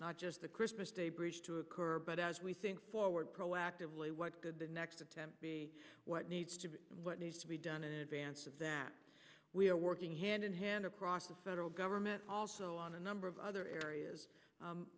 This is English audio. not just the christmas day bridge to occur but as we think forward proactively what could the next attempt what needs to be what needs to be done in advance of that we are working hand in hand across the federal government also on a number of other areas